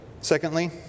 Secondly